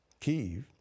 Kyiv